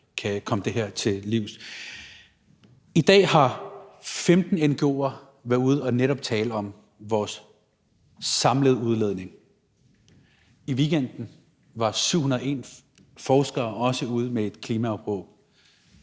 kan komme det her til livs. I dag har 15 ngo'ere netop været ude at tale om vores samlede udledning. I weekenden var 701 forskere også ude med et klimaopråb.